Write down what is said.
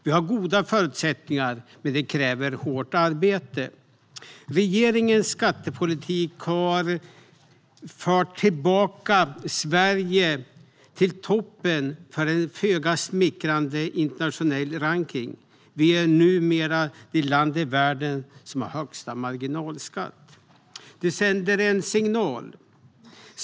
Vi har goda förutsättningar, men det kräver hårt arbete. Regeringens skattepolitik har fört tillbaka Sverige till toppen i en föga smickrande internationell rankning: Vi är numera det land i världen som har högst marginalskatt. Det sänder en signal.